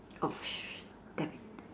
oh damn it